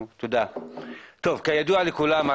כידוע לכולם,